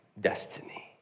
destiny